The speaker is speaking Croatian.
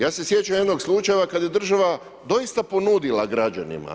Ja se sjećam jednog slučaja kada je država doista ponudila građanima.